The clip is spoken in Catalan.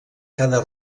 cada